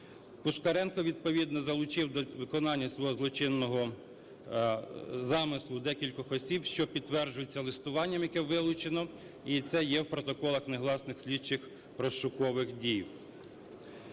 Пушкаренко відповідно залучив до виконання свого злочинного замислу декількох осіб, що підтверджується листуванням, яке вилучено. І це є в протоколах негласних слідчих розшукових дій.